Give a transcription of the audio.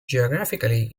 geographically